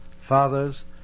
fathers